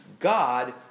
God